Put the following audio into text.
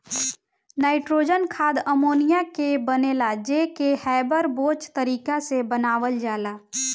nitrogen खाद ammonia से बनेला जे के हैबर बोच तारिका से बनावल जाला